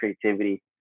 creativity